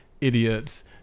idiots